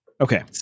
Okay